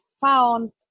found